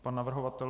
Pan navrhovatel?